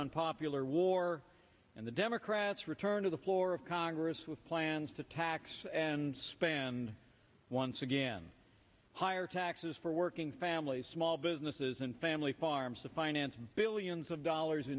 unpopular war and the democrats return to the floor of congress with plans to tax and spend once again higher taxes for working families small businesses and family farms to finance billions of dollars